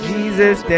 Jesus